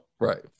right